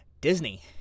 Disney